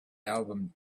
album